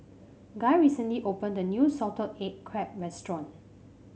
Guy recently opened a new Salted Egg Crab restaurant